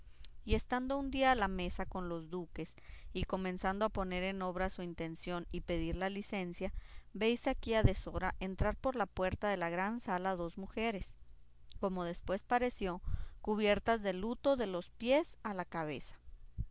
y estando un día a la mesa con los duques y comenzando a poner en obra su intención y pedir la licencia veis aquí a deshora entrar por la puerta de la gran sala dos mujeres como después pareció cubiertas de luto de los pies a la cabeza